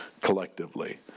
collectively